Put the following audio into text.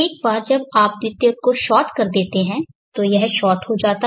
एक बार जब आप द्वितीयक को शॉर्ट कर देते हैं तो यह शॉर्ट हो जाता है